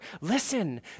listen